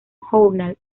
journal